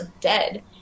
dead